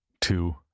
two